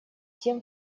тем